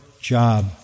job